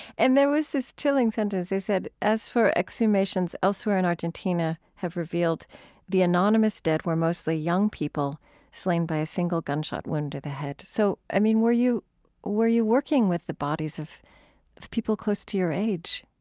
and there was this chilling sentence. they said, as for exhumations elsewhere in argentina have revealed the anonymous dead were mostly young people slain by a single gunshot wound to the head. so, i mean, were you were you working with the bodies of people close to your age?